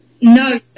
No